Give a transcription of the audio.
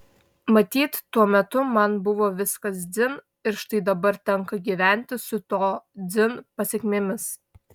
matyt tuo metu man buvo viskas dzin ir štai dabar tenka gyventi su to dzin pasekmėmis